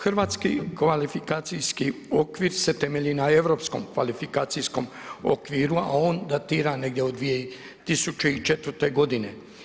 Hrvatski kvalifikacijski okvir se temelji na europskom kvalifikacijskom okviru a on datira negdje od 2004. godine.